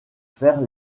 faire